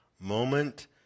Moment